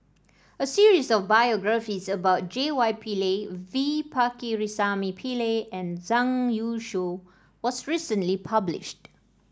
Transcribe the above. a series of biographies about J Y Pillay V Pakirisamy Pillai and Zhang Youshuo was recently published